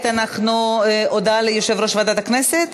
הודעה ליושב-ראש ועדת הכנסת